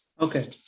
Okay